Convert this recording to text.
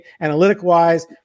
Analytic-wise